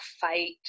fight